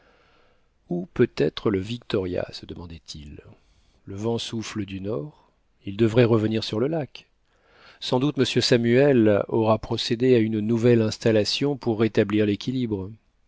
peut être le victoria se demandait-il le vent souffle du nord il devrait revenir sur le lac sans doute m samuel aura procédé à une nouvelle installation pour rétablir l'équilibre